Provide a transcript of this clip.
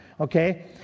okay